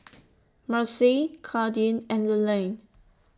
Marcy Kadin and Leland